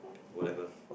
whatever